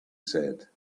said